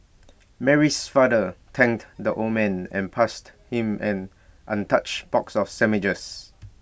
Mary's father thanked the old man and passed him an untouched box of sandwiches